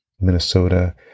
Minnesota